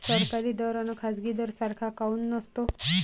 सरकारी दर अन खाजगी दर सारखा काऊन नसतो?